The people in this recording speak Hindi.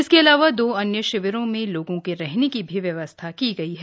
इसके अलाव दो अन्य शिविरों में लोगों के रहने की भी व्यवस्था की गयी है